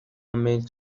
ملک